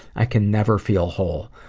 i can never feel whole.